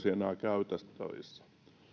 enää käytettävissä